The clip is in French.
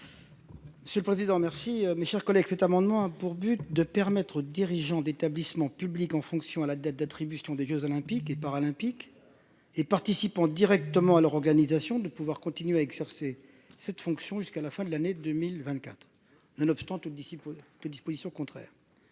Monsieur le président. Merci. Mes chers collègues. Cet amendement a pour but de permettre aux dirigeants d'établissements publics en fonction à la date d'attribution des Jeux olympiques et paralympiques et participant directement à leur organisation de pouvoir continuer à exercer cette fonction jusqu'à la fin de l'année 2024. Nonobstant toutes disciplines